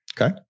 Okay